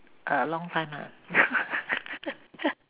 a long time lah